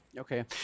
Okay